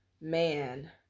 man